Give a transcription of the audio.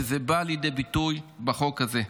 וזה בא לידי ביטוי בחוק הזה.